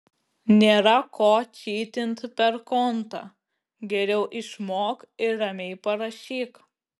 nėra ko čytint per kontą geriau išmok ir ramiai parašyk